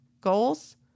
goals